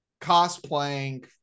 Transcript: cosplaying